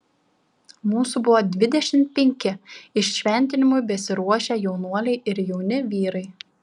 mūsų buvo dvidešimt penki įšventinimui besiruošią jaunuoliai ir jauni vyrai